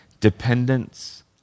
dependence